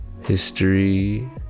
history